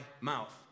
mouth